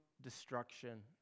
destruction